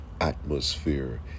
atmosphere